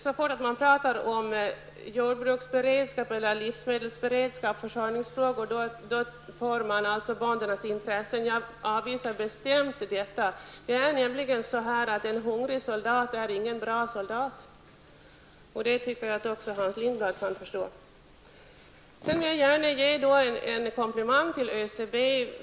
Så fort man talar om jordbruksberedskap, livsmedelsberedskap och andra försörjningsfrågor, så är det böndernas intressen som bevakas. Jag avvisar bestämt det motivet som det viktigaste. En hungrig soldat är ingen bra soldat, och det bör också Hans Lindblad förstå. Jag vill gärna ge en komplimang till ÖCB.